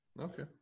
Okay